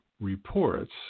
reports